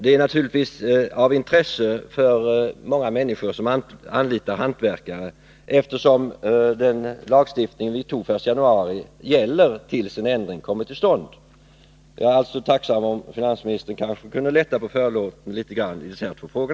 Det är naturligtvis av intresse för många människor som anlitar hantverkare, eftersom den lagstiftning vi antog den 1 januari gäller tills en ändring kommer till stånd. Jag vore alltså tacksam om finansministern kunde lätta litet på förlåten i dessa frågor.